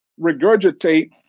regurgitate